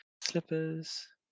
slippers